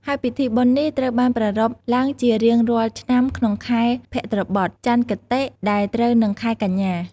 ហើយពិធីបុណ្យនេះត្រូវបានប្រារព្ធឡើងជារៀងរាល់ឆ្នាំក្នុងខែភទ្របទ ចន្ទគតិ ដែលត្រូវនឹងខែកញ្ញា។